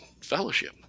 fellowship